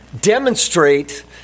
Demonstrate